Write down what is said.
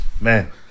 Man